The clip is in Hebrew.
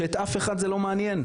שאת אף אחד זה לא מעניין,